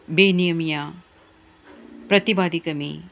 ਬੇਨੀਮੀਆ ਪ੍ਰਤਿਭਾ ਦੀ ਕਮੀ